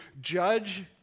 judge